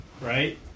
Right